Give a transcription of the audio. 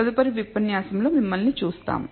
తదుపరి ఉపన్యాసంలో మిమ్మల్ని చూస్తాము